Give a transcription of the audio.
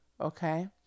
okay